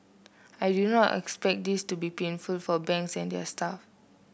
I do not expect this to be painful for banks and their staff